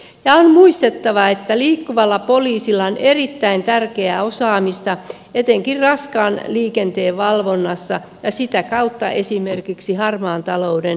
ja on muistettava että liikkuvalla poliisilla on erittäin tärkeää osaamista etenkin raskaan liikenteen valvonnassa ja sitä kautta esimerkiksi harmaan talouden torjunnassa